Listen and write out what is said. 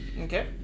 Okay